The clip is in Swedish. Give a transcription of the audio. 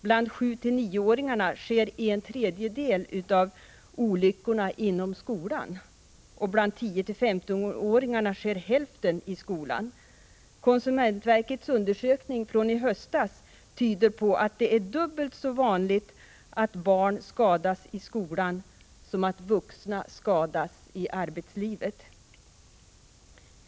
Bland 7—9-åringar sker en tredjedel av olyckorna i skolan, bland 10—15-åringar hälften i skolan. Konsumentverkets undersökning från i höstas tyder på att det är dubbelt så vanligt att barn skadas i skolan som att vuxna skadas i arbetslivet.